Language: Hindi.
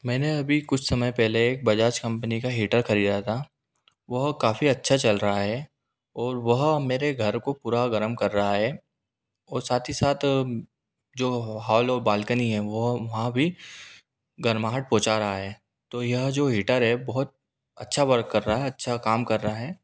मैंने अभी कुछ समय पहले बजाज कंपनी का हीटर खरीदा था वह काफ़ी अच्छा चल रहा है और वह मेरे घर को पूरा गरम कर रहा है और साथ ही साथ जो हॉल और बालकनी है वह वहाँ भी गर्माहट पहुँचा रहा है तो यह जो हीटर है बहुत अच्छा वर्क कर रहा है अच्छा काम कर रहा है